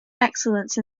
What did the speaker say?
excellence